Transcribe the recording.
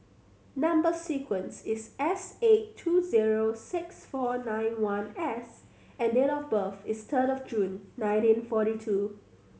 number sequence is S eight two zero six four nine one S and date of birth is third of June nineteen forty two